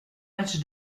match